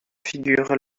figurent